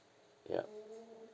ya